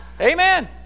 Amen